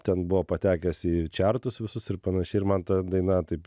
ten buvo patekęs į čiartus visus ir panašiai ir man ta daina taip